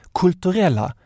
kulturella